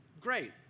Great